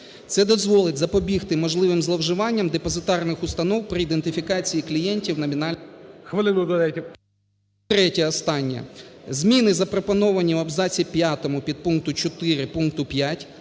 Це дозволить запобігти можливим зловживанням депозитарних установ при ідентифікації клієнтів… ГОЛОВУЮЧИЙ.